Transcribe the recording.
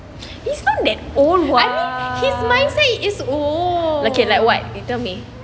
he's not that old [what] okay like what you tell me